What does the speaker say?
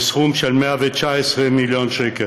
בסכום של 119 מיליון שקל,